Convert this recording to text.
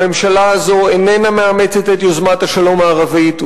הממשלה הזאת איננה מאמצת את יוזמת השלום הערבית,